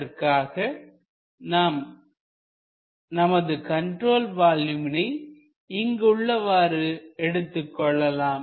அதற்காக நாம் நமது கண்ட்ரோல் வால்யூமினை இங்கு உள்ளவாறு எடுத்துக்கொள்ளலாம்